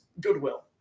Goodwill